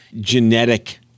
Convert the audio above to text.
genetic